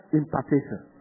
impartation